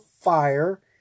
fire